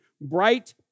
bright